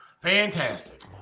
Fantastic